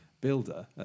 builder